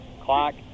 Clock